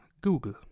Google